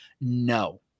no